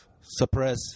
suppress